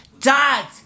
dad